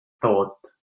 thought